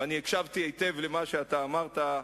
ואני הקשבתי היטב למה שאתה אמרת,